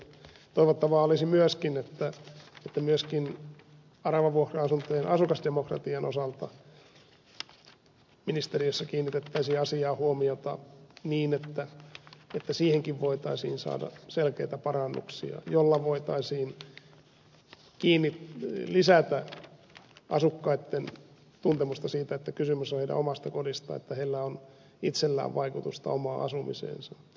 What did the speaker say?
toivottavaa olisi myöskin että aravavuokra asuntojen asukasdemokratian osalta ministeriössä kiinnitettäisiin asiaan huomiota niin että siihenkin voitaisiin saada selkeitä parannuksia jolla voitaisiin lisätä asukkaitten tuntemusta siitä että kysymys on heidän omasta kodistaan että heillä on itsellään vaikutusta omaan asumiseensa